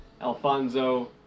Alfonso